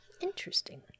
Interesting